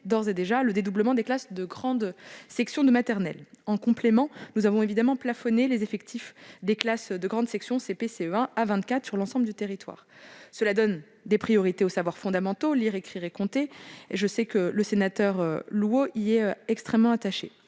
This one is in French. d'ores et déjà amorcé le dédoublement des classes de grande section de maternelle. En complément, nous avons plafonné les effectifs des classes de grande section, CP et CE1 à 24 sur l'ensemble du territoire. Cela donne la priorité aux savoirs fondamentaux- lire, écrire et compter -, auxquels je sais que le sénateur Louault est extrêmement attaché.